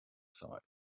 side